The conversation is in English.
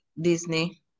Disney